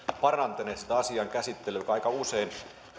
parantaneet sitä asian käsittelyä aika usein